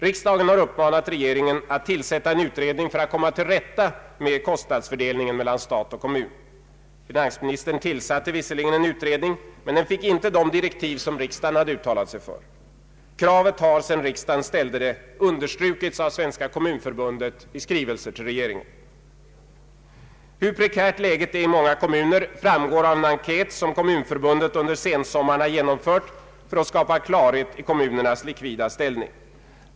Riksdagen har uppmanat regeringen att tillsätta en utredning för att komma till rätta med kostnadsfördelningen mellan stat och kommun. Finansministern tillsatte visserligen en utredning, men den fick inte de direktiv, som riksdagen uttalat sig för. Kravet har sedan riksdagen ställde det understrukits av Svenska kommunförbundet i skrivelser till regeringen. Hur prekärt läget är i många kommuner framgår av den enkät som Kommunförbundet under sensommaren genomfört för att skapa klarhet i kommunernas likvida ställning.